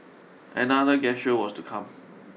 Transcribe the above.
another gesture was to come